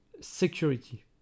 security